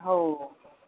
हो हो